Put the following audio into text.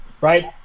right